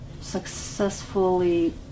successfully